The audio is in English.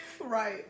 Right